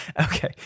Okay